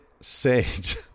Sage